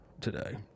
today